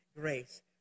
grace